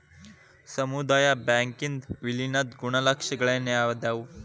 ಸಮುದಾಯ ಬ್ಯಾಂಕಿಂದ್ ವಿಲೇನದ್ ಗುಣಲಕ್ಷಣಗಳೇನದಾವು?